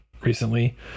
recently